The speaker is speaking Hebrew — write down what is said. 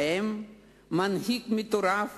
שבהם מנהיג מטורף